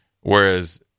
Whereas